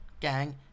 gang